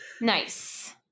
Nice